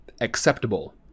acceptable